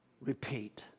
repeat